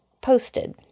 posted